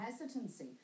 hesitancy